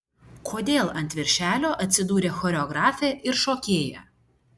kodėl ant viršelio atsidūrė choreografė ir šokėja